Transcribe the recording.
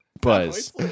Buzz